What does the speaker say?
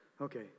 okay